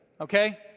okay